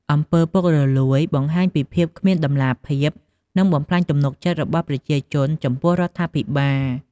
អំពើពុករលួយបង្ហាញពីភាពគ្មានតម្លាភាព និងបំផ្លាញទំនុកចិត្តរបស់ប្រជាជនចំពោះរដ្ឋាភិបាល។